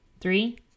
Three